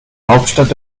hauptstadt